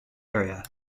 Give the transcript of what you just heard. area